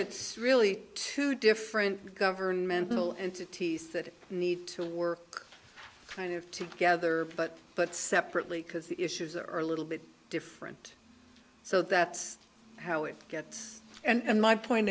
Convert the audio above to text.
it's really two different governmental entities that need to work kind of together but but separately because the issues are a little bit different so that's how it gets and my point